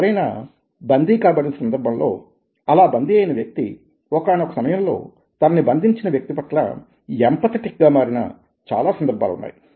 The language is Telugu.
ఎవరైనా బందీ కాబడిన సందర్భంలో అలా బందీ అయిన వ్యక్తి ఒకానొక సమయంలో తనని బంధించిన వ్యక్తి పట్ల ఎంపథెటిక్ గా మారిన చాలా సందర్భాలు ఉన్నాయి